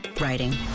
writing